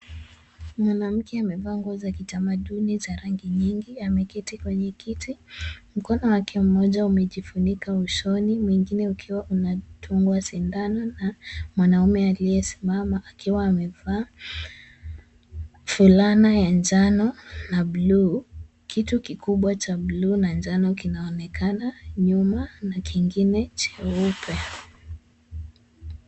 Mwanamke amevaa nguo za kitamaduni za rangi nyingi, ameketi kwenye kiti, mkono wake mmoja umejifunika ushoni, mwingine ukiwa unatungwa sindano, na mwanaume aliyesimama akiwa amevaa fulana ya njano na bluu. Kitu kikubwa cha bluu na njano kinaonekana, nyuma na kingine cheupe.